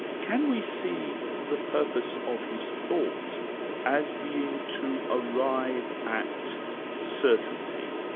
can we see the purpose of his thought as being to arrive at certainty,